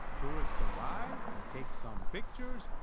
tourists arrive, they take some pictures,